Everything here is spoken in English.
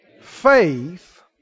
faith